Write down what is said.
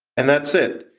and that's it!